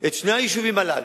את שני היישובים הללו,